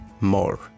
more